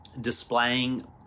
displaying